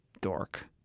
Dork